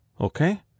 Okay